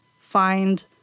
find